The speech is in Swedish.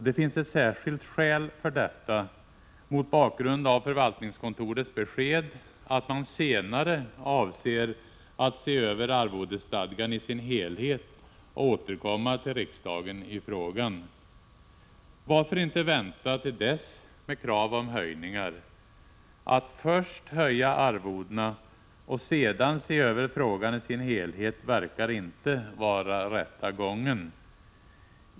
Det finns ett särskilt skäl för detta, mot bakgrund av förvaltningskontorets besked att man senare avser att se över arvodesstadgan i sin helhet och återkomma till riksdagen i frågan. Varför inte vänta till dess med krav om höjningar? Att först höja arvodena och sedan se över frågan i sin helhet verkar inte vara rätta gången.